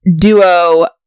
duo